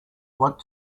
what